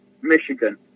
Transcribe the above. Michigan